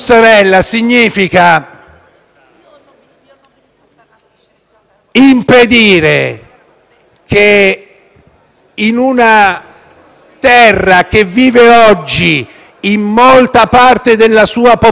impedire che in una terra che vive oggi in molta parte della sua popolazione il dramma,